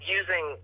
using